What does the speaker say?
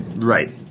Right